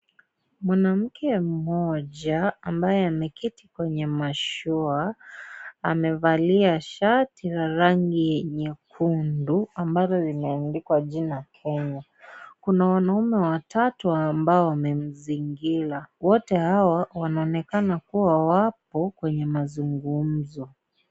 Mwanamke mmoja ambaye ameketi kwenye mashua, amevalia shati la rangi nyekundu ambao limeandikwa jina Kenya. Kuna wanaume watatu ambao wamemzingira. Wote hao wanaonekana kuwa wapo kwenye mazungumzo.